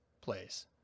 place